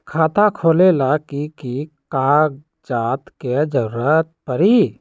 खाता खोले ला कि कि कागजात के जरूरत परी?